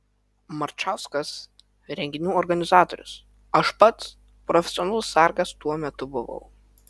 marčauskas renginių organizatorius aš pats profesionalus sargas tuo metu buvau